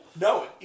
No